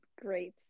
great